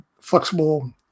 flexible